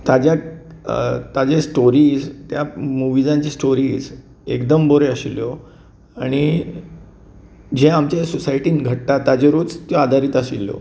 ताज्याक ताज्या स्टोरीस त्या मुविजांतल्यो स्टोरीज एकदम बऱ्यो आशिल्ल्यो आनी जे आमचे सोसायटींत घडटात ताजेरूच त्यो आदारीत आशिल्ल्यो